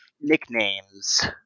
nicknames